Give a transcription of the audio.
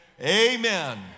Amen